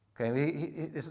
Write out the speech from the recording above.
Okay